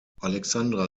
alexandra